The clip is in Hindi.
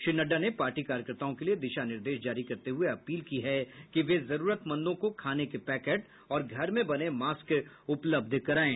श्री नड्डा ने पार्टी कार्यकर्ताओं के लिए दिशा निर्देश जारी करते हुए अपील की है कि वे जरूरतमंदों को खाने के पैकेट और घर में बने मास्क उपलब्ध कराएं